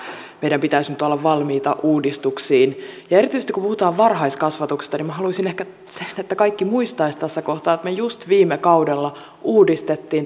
meidän pitäisi nyt olla valmiita uudistuksiin erityisesti kun puhutaan varhaiskasvatuksesta niin minä haluaisin ehkä että kaikki muistaisivat tässä kohtaa että me just viime kaudella uudistimme